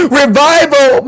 revival